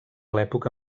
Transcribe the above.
l’època